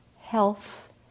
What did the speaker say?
health